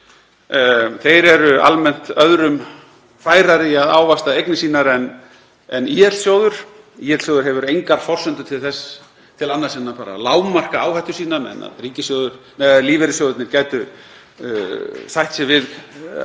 Þeir eru almennt öðrum færari í að ávaxta eignir sínar en ÍL-sjóður. ÍL-sjóður hefur engar forsendur til annars en að lágmarka áhættu sína á meðan lífeyrissjóðirnir gætu sætt sig við